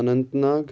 Anant Nag